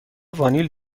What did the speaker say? وانیل